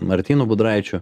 martynu budraičiu